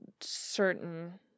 certain